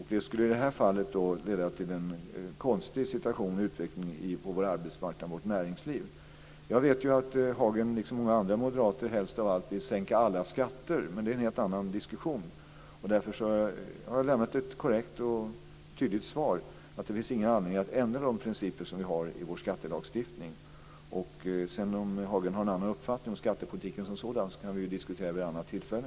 I det här fallet skulle det leda till en konstig situation och utveckling på vår arbetsmarknad och i vårt näringsliv. Jag vet att Catharina Hagen, liksom många andra moderater, helst av allt vill sänka alla skatter. Men det är en helt annan diskussion. Därför har jag lämnat ett korrekt och tydligt svar. Det finns ingen anledning att ändra de principer som vi har i vår skattelagstiftning. Om Catharina Hagen har en annan uppfattning om skattepolitiken som sådan kan vi diskutera det vid ett annat tillfälle.